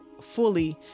fully